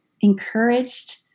encouraged